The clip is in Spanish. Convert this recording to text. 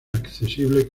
accesible